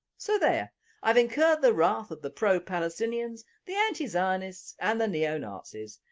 so there i have incurred the wrath of the pro palestinians the anti zionist and the neo nazis,